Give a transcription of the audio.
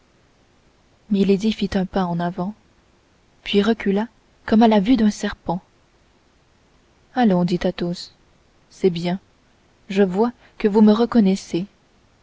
fit un pas en avant puis recula comme à la vue d'un serpent allons dit athos c'est bien je vois que vous me reconnaissez